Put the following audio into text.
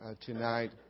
tonight